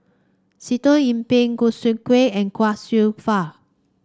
Sitoh Yih Pin Choo Seng Quee and Chia Kwek Fah